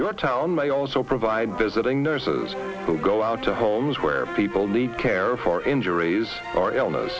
your town may also provide visiting nurses who go out to homes where people need care for injuries or illness